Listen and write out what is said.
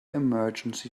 emergency